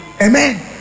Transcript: Amen